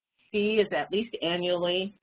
c is at least annually.